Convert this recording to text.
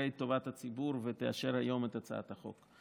תראה את טובת הציבור ותאשר היום את הצעת החוק.